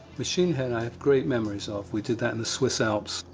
machine head, i have great memories of, we did that in the swiss alps,